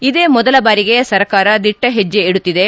ಇದೇ ಮೊದಲ ಬಾರಿಗೆ ಸರ್ಕಾರ ದಿಟ್ಟ ಹೆಜ್ಜೆ ಇಡುತ್ತಿದೆ